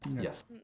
Yes